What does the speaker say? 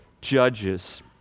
Judges